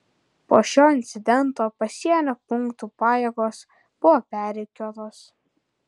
po šio incidento pasienio punktų pajėgos buvo perrikiuotos